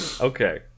Okay